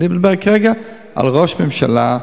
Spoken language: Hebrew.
אני מדבר כרגע על ראש ממשלה,